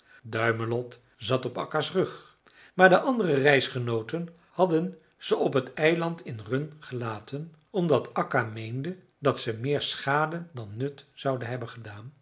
duimelot zat op akka's rug maar de andere reisgenooten hadden ze op een eiland in runn gelaten omdat akka meende dat ze meer schade dan nut zouden hebben gedaan